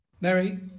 Mary